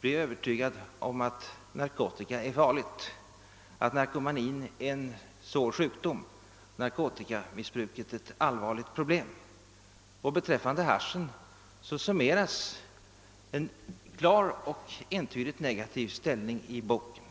bli övertygad om att narkotika är farligt, att narkomanin är en svår sjukdom, narkotikamissbruket ett allvarligt problem. Beträffande haschen summeras en klar och entydigt negativ ställning i boken.